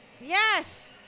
Yes